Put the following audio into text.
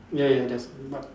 ya ya there's but